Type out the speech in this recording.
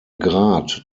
grad